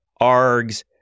args